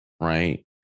right